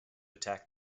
attack